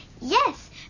Yes